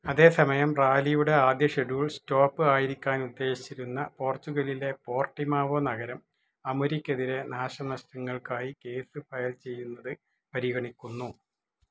അതേ സമയം റാലിയുടെ ആദ്യ ഷെഡ്യൂൾ സ്റ്റോപ്പ് ആയിരിക്കാൻ ഉദ്ദേശിച്ചിരുന്ന പോർച്ചുഗലിലെ പോർട്ടിമാവോ നഗരം അമുരിക്കെതിരെ നാശനഷ്ടങ്ങൾക്കായി കേസ് ഫയൽ ചെയ്യുന്നത് പരിഗണിക്കുന്നു